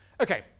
Okay